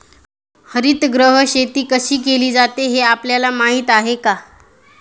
हरितगृह शेती कशी केली जाते हे आपल्याला माहीत आहे का?